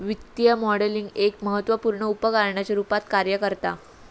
वित्तीय मॉडलिंग एक महत्त्वपुर्ण उपकरणाच्या रुपात कार्य करता